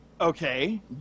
okay